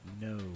No